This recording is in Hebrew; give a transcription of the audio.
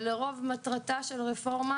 ולרוב מטרתה של רפורמה,